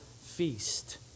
feast